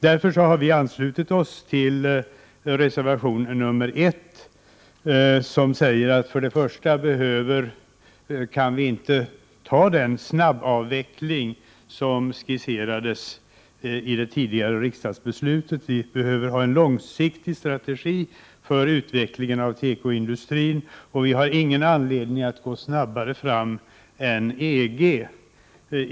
Därför har vi anslutit oss till reservation 1, där det sägs att vi inte kan göra den snabbavveckling som skisserades i det tidigare riksdagsbeslutet. Vi behöver i stället ha en långsiktig strategi för utvecklingen av tekoindustrin. Vi har ingen anledning att gå snabbare fram än EG.